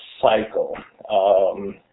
cycle